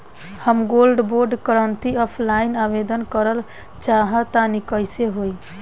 हम gold bond करंति offline आवेदन करल चाह तनि कइसे होई?